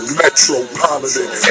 metropolitan